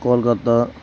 Kolkata